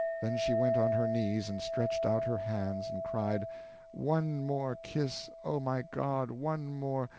then she went on her knees and stretched out her hands and cried one more kiss oh, my god, one more,